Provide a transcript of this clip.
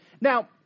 Now